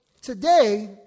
today